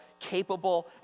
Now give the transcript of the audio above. capable